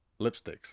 lipsticks